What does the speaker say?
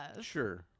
Sure